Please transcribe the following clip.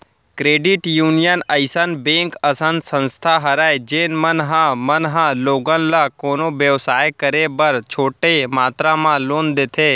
credit union अइसन bank असन संस्था हरय जेन मन ह मन ह लोगन ल कोनो बेवसाय करे बर छोटे मातरा म लोन देथे